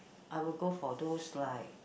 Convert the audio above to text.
I will go for those like